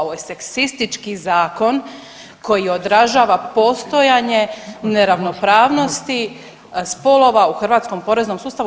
Ovo je seksistički zakon koji odražava postojanje neravnopravnosti spolova u hrvatskom poreznom sustavu.